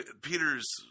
Peter's